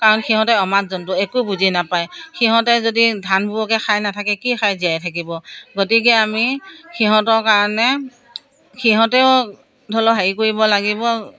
কাৰণ সিহঁতে অমাত জন্তু একো বুজি নাপায় সিহঁতে যদি ধানবোৰকে খাই নাথাকে কি খাই জীয়াই থাকিব গতিকে আমি সিহঁতৰ কাৰণে সিহঁতেও ধৰি লওক হেৰি কৰিব লাগিব